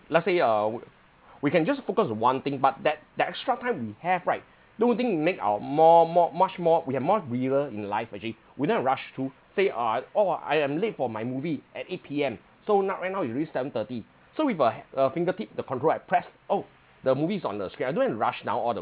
let's say uh we can just focus on one thing but that that extra time we have right don't you think it make our more more much more we have more breather in life actually we don't have to rush to say uh oh I am late for my movie at eight P_M so now right now it's already seven thirty so with a a fingertip the control I press oh the movie is on the screen I don't have to rush down all the